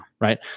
Right